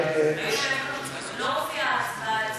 היושב-ראש, לא מופיעה ההצבעה אצלי.